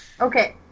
Okay